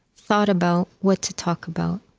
thought about what to talk about.